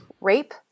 Rape